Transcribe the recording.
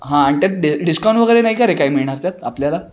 हां आणि त्यात डि डिस्काउंट वगैरे नाही का रे काही मिळणार त्यात आपल्याला